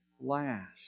last